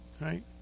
Right